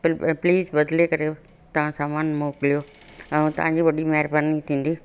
पि please बदिले करे तव्हां सामान मोकिलियो ऐं तव्हांजी वॾी महिरबानी थींदी